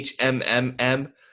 Hmmm